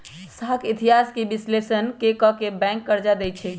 साख इतिहास के विश्लेषण क के बैंक कर्जा देँई छै